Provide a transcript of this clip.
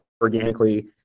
organically